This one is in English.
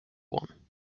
one